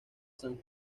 san